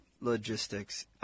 logistics –